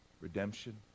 redemption